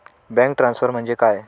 Bank transfer म्हणजे काय?